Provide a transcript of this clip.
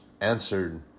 answered